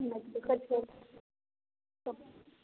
नहि देखै छिए सब